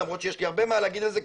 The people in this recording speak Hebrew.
למרות שיש לי הרבה מה להגיד על זה,